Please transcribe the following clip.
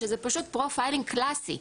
שזה פשוט פרופיילינג קלאסי.